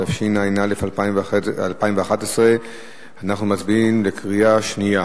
התשע"א 2011. אנחנו מצביעים בקריאה שנייה.